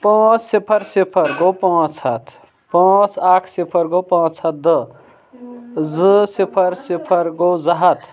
پانٛژھ صِفر صِفر گوو پانٛژھ ہَتھ پانٛژھ اکھ صِفر گوٚو پانٛژھ ہَتھ دٔہ زٕ صِفر صِفر گوٚو زٕ ہَتھ